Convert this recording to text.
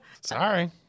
Sorry